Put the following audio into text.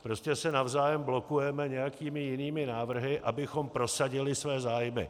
Prostě se navzájem blokujeme nějakými jinými návrhy, abychom prosadili své zájmy.